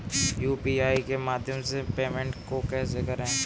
UPI के माध्यम से पेमेंट को कैसे करें?